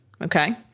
Okay